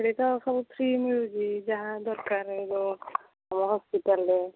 ଏବେ ତ ସବୁ ଫ୍ରି ମିଳୁଛି ଯାହା ଦରକାର ହେବ ହସ୍ପିଟାଲ୍ରେ